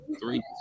three